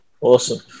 Awesome